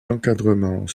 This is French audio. d’encadrement